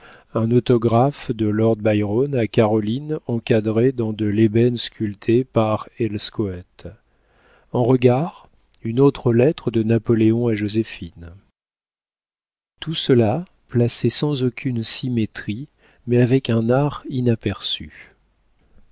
un autographe de lord byron à caroline encadré dans de l'ébène sculpté par elschoet en regard une autre lettre de napoléon à joséphine tout cela placé sans aucune symétrie mais avec un art inaperçu